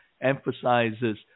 emphasizes